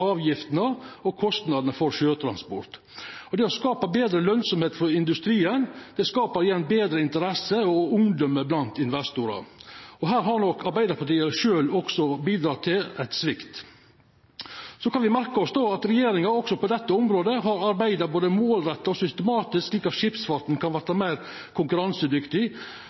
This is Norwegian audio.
avgiftene og kostnadene for sjøtransport. Det å skapa betre lønsemd for industrien skapar igjen større interesse og betre omdømme blant investorar. Her har nok Arbeiderpartiet sjølv også bidratt til ein svikt. Me kan merkja oss at regjeringa også på dette området har arbeidd både målretta og systematisk slik at skipsfarten kan verta meir konkurransedyktig.